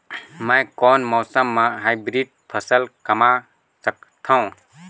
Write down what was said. मै कोन मौसम म हाईब्रिड फसल कमा सकथव?